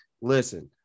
listen